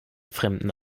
fremden